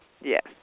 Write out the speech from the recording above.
Yes